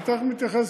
אני תכף מתייחס